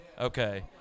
Okay